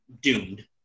doomed